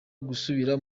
gusubira